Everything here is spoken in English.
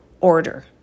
order